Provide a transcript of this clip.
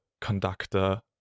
conductor